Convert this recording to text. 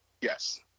Yes